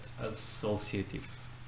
associative